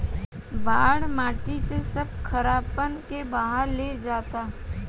बाढ़ माटी से सब खारापन के बहा ले जाता